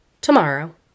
tomorrow